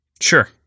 sure